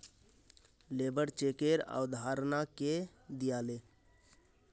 labour चेकेर अवधारणा के दीयाले